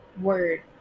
word